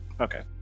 Okay